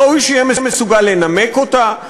ראוי שיהיה מסוגל לנמק אותה,